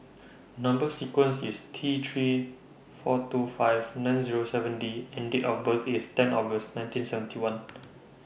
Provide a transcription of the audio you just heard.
Number sequence IS T three four two five nine Zero seven D and Date of birth IS ten August nineteen seventy one